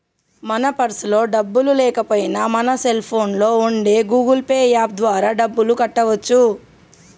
మన పర్సులో డబ్బులు లేకపోయినా మన సెల్ ఫోన్లో ఉండే గూగుల్ పే యాప్ ద్వారా డబ్బులు కట్టవచ్చు